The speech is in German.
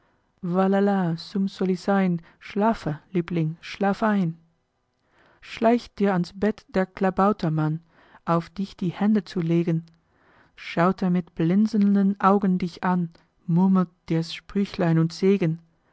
schlafe liebling schlaf ein schleicht dir ans bett der klabautermann auf dich die hände zu legen schaut er mit blinzelnden augen dich an murmelt dir sprüchlein und segen